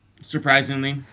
surprisingly